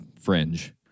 fringe